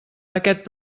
aquest